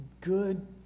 good